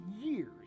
years